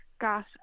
got